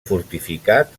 fortificat